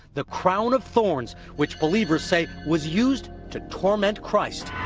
the crown of thorns, which believers say was used to torment christ.